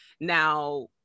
Now